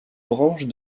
branches